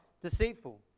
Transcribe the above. deceitful